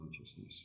consciousness